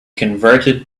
converted